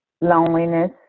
loneliness